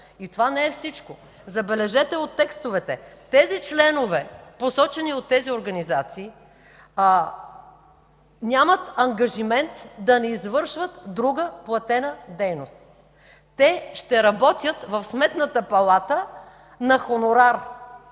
И това не е всичко! Забележете от текстовете – тези членове, посочени от тези организации, нямат ангажимент да не извършват друга платена дейност. Те ще работят в Сметната палата на хонорар,